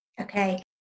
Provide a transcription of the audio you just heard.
Okay